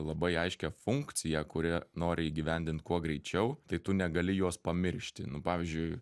labai aiškią funkciją kurią nori įgyvendint kuo greičiau tai tu negali jos pamiršti nu pavyzdžiui